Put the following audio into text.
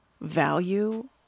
value